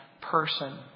person